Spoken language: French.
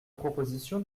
proposition